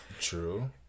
True